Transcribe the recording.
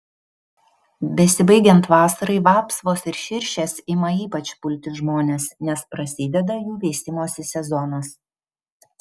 besibaigiant vasarai vapsvos ir širšės ima ypač pulti žmones nes prasideda jų veisimosi sezonas